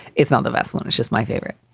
it's not the best line. it's just my favorite.